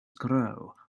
grow